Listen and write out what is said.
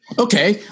Okay